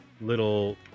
little